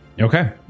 Okay